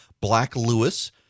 Black-Lewis